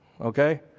Okay